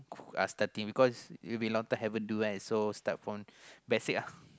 we are starting because if we long time haven't do right so start from basic lah